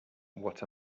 what